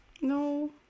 No